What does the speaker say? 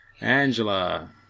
angela